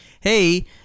hey